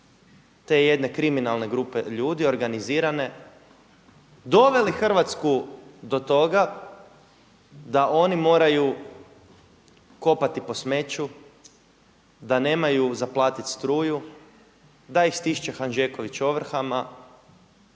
te jedne kriminalne grupe ljudi organizirane doveli Hrvatsku do toga da oni moraju kopati po smeću, da nemaju za platiti struju, da ih stišće Hanžeković ovrhama,